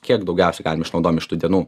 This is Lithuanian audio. kiek daugiausiai galim išnaudojam iš tų dienų